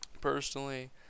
personally